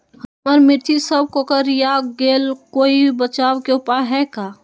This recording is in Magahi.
हमर मिर्ची सब कोकररिया गेल कोई बचाव के उपाय है का?